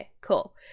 cool